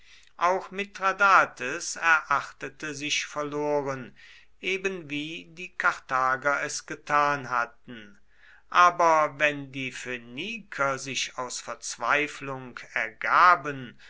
auch mithradates erachtete sich verloren ebenwie die karthager es getan hatten aber wenn die phöniker sich aus verzweiflung ergaben